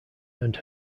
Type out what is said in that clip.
earned